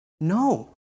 No